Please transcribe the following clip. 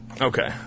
Okay